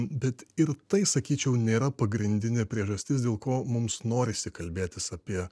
bet ir tai sakyčiau nėra pagrindinė priežastis dėl ko mums norisi kalbėtis apie